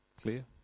clear